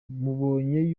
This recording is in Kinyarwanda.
mubonye